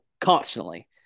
constantly